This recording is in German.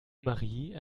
marie